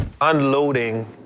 unloading